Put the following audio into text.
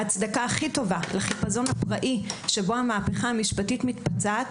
ההצדקה הכי טובה לחיפזון הפראי שבו המהפכה המשפטית מתבצעת,